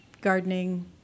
gardening